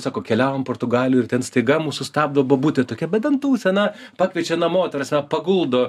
sako keliavom portugalijoj ir ten staiga mus sustabdo bobutė tokia be dantų sena pakviečia namo ta prasme paguldo